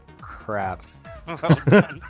crap